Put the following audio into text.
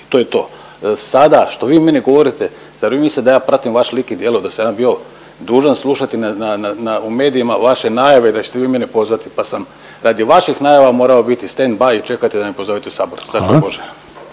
to je to. Sada što vi meni govorite zar vi mislite da ja pratim vaš lik i djelo, da sam ja bio dužan slušati u medijima vaše najave i da ćete vi mene pozvati, pa sam radi vaših najava morao biti standby i čekati da me pozovete u Sabor. Ne daj bože!